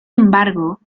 embargo